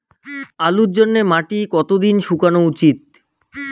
আলুর জন্যে মাটি কতো দিন শুকনো উচিৎ?